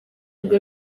rwe